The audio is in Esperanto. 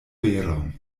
veron